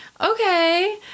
okay